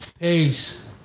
Peace